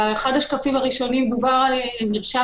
באחד השקפים הראשונים דובר על מרשם